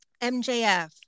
MJF